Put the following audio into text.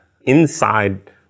inside